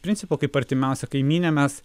principo kaip artimiausia kaimynė mes